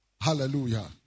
Hallelujah